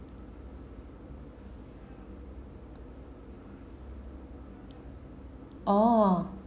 oh